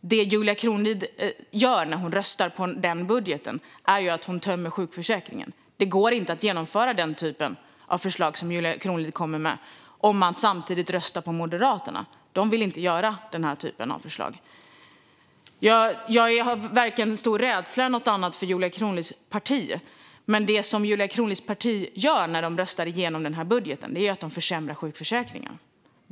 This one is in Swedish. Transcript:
Det Julia Kronlid gör när hon röstar på denna budget är att tömma sjukförsäkringen. Det går inte att genomföra den typ av förslag som Julia Kronlid kommer med om man samtidigt röstar på Moderaterna - de vill inte genomföra denna typ av förslag. Jag känner varken någon stor rädsla eller något annat för Julia Kronlids parti, men det som Julia Kronlids parti gör när de röstar igenom denna budget är att försämra sjukförsäkringen.